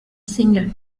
singer